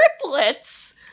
triplets